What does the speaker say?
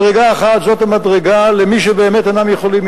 מדרגה אחת היא המדרגה למי שבאמת אינם יכולים,